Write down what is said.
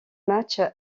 matchs